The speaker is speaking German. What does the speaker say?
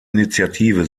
initiative